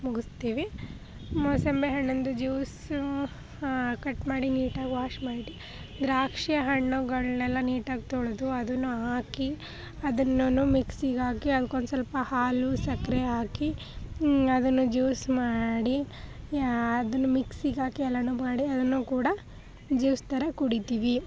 ಮುಗಿಸ್ತೀವಿ ಮೋಸಂಬಿ ಹಣ್ಣಿಂದು juice cut ಮಾಡಿ ನೀಟಾಗಿ ವಾಶ್ ಮಾಡಿ ದ್ರಾಕ್ಷಿ ಹಣ್ಣುಗಳನ್ನೆಲ್ಲ ನೀಟಾಗಿ ತೊಳೆದು ಅದನ್ನು ಹಾಕಿ ಅದನ್ನೂ ಮಿಕ್ಸಿಗ್ಹಾಕಿ ಅದ್ಕೊಂದು ಸ್ವಲ್ಪ ಹಾಲು ಸಕ್ಕರೆ ಹಾಕಿ ಅದನ್ನು ಜ್ಯೂಸ್ ಮಾಡಿ ಅದನ್ನು ಮಿಕ್ಸಿಗ್ಹಾಕಿ ಎಲ್ಲನೂ ಮಾಡಿ ಅದನ್ನು ಕೂಡ ಜ್ಯೂಸ್ ಥರ ಕುಡಿತೀವಿ